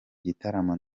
gitaramo